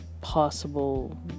possible